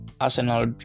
Arsenal